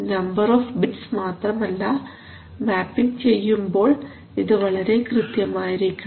number of bits മാത്രമല്ല mapping ചെയ്യുമ്പോൾ ഇത് വളരെ കൃത്യമായിരിക്കണം